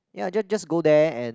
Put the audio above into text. ya just just go there and